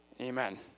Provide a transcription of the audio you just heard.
Amen